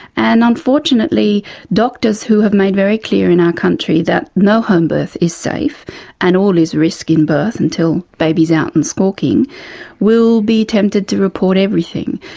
and unfortunately doctors who have made very clear in our country that no homebirth is safe and all is risk in birth until baby's out and squawking will be tempted to report everything.